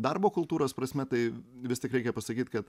darbo kultūros prasme tai vis tik reikia pasakyti kad